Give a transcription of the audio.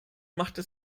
machte